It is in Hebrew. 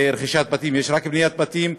רכישת בתים, יש רק בניית בתים.